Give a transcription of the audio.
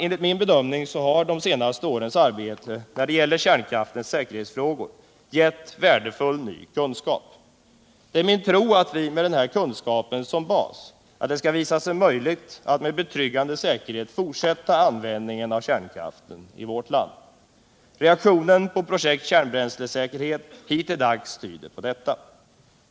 Enligt min bedömning har de senaste årens arbete när det gäller kärnkraftens säkerhetsfrågor givit värdefull ny kunskap. Det är min tro att det med denna kunskap som bas skall visa sig möjligt att med betryggande säkerhet fortsätta användningen av kärnkraften i vårt land. Reaktionen på projekt Kärnbränslesäkerhet hittilldags tyder på detta.